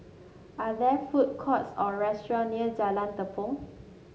are there food courts or restaurant near Jalan Tepong